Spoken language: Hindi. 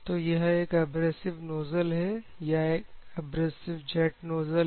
तो यह एक एब्रेसिव नोजल है या एब्रेसिव जेट नोजल है